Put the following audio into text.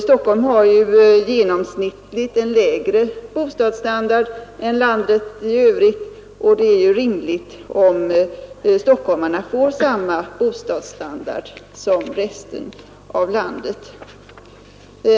Stockholm har genomsnittligt en lägre bostadsstandard än landet i övrigt och det är rimligt om stockholmarna får samma bostadsstandard som resten av landet.